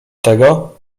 tego